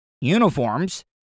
uniforms